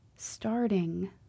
starting